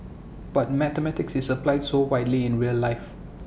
but mathematics is applied so widely in real life